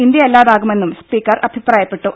ഇന്ത്യയല്ലാതാകുമെന്നും speaker അഭിപ്രായപ്പെട്ടു